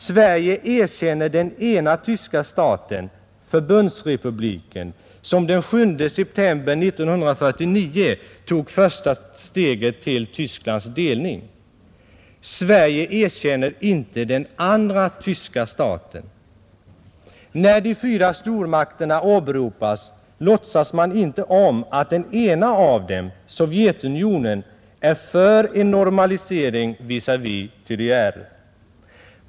Sverige erkänner den ena tyska staten, förbundsrepubliken, som den 7 september 1949 tog första steget till Tysklands delning. Sverige erkänner inte den andra tyska staten, När de fyra stormakterna åberopas, låtsas man inte om att den ena av dem — Sovjetunionen — är för en normalisering visavi TDR.